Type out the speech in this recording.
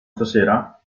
stasera